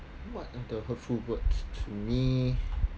what are the hurtful words to me